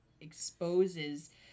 exposes